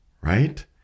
right